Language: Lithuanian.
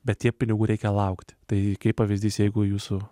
bet tie pinigų reikia laukt tai kaip pavyzdys jeigu jūsų